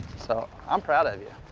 so, i'm proud of you.